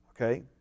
Okay